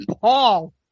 Paul